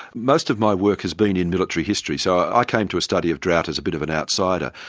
most of my work has been in military history, so i came to a study of drought as a bit of an outsider,